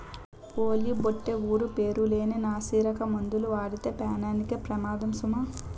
ఓలి బొట్టే ఊరు పేరు లేని నాసిరకం మందులు వాడితే పేనానికే పెమాదము సుమా